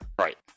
Right